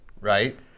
right